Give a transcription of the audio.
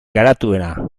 garatuena